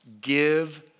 Give